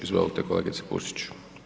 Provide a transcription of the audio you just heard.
Izvolte kolegice Pusić.